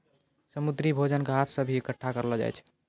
समुन्द्री भोजन के हाथ से भी इकट्ठा करलो जाय छै